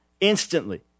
instantly